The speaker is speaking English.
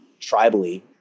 tribally